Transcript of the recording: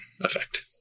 effect